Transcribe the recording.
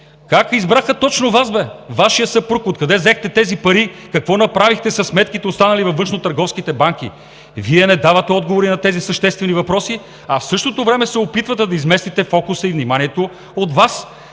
как избраха точно Вас, бе? Вашият съпруг? Откъде взехте тези пари? Какво направихте със сметките, останали във външнотърговските банки? Вие не давате отговори на тези съществени въпроси, а в същото време се опитвате да изместите фокуса и вниманието от Вас,